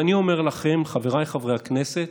ואני אומר לכם, חבריי חברי הכנסת,